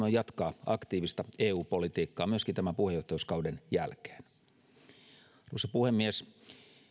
on jatkaa aktiivista eu politiikkaa myöskin tämän puheenjohtajuuskauden jälkeen arvoisa puhemies